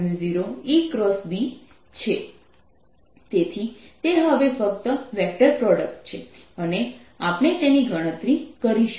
4πR2o E R20r2 r S 10 E× B તેથી તે હવે ફક્ત વેક્ટર પ્રોડક્ટ છે અને આપણે તેની ગણતરી કરીશું